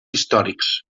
històrics